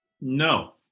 No